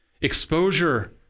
Exposure